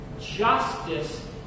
justice